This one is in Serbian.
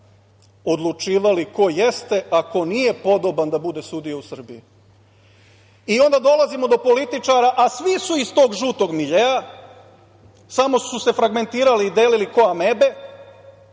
odlučivali ko jeste, a ko nije podoban da bude sudija u Srbiji i onda dolazimo do političara, a svi su iz tog žutog miljea, samo su se fragmentirali i delili ko amebe,